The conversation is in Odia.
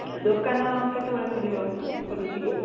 ଛ ଦୋକାନ କେତେବେଳେ ଖୋଲିବ ଖୋଲୁଚ କି